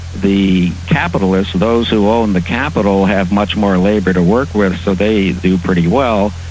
the capitalists those who own the capital have much more labour to work with, so they do pretty well,